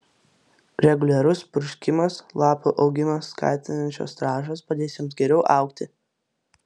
reguliarus purškimas lapų augimą skatinančios trąšos padės joms geriau augti